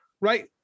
right